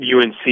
UNC